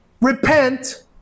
repent